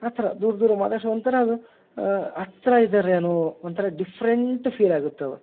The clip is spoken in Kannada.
ಆ ಥರ ದೂರ ದೂರ ಮಾತಾಡ್ಸ ಒಂಥರ ಅದು ಹತ್ರ ಇದ್ದಾರೆ ಏನೋ ಒಂಥರ ಡಿಫ್ರೆಂಟ್ ಫೀಲ್ ಆಗುತ್ತವ